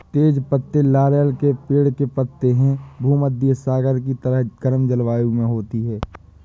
तेज पत्ते लॉरेल के पेड़ के पत्ते हैं भूमध्यसागरीय की तरह गर्म जलवायु में होती है